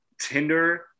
Tinder